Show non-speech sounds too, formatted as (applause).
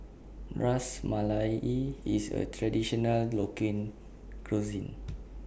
Ras Malai IS A Traditional (unintelligible) Cuisine